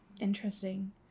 Interesting